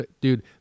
Dude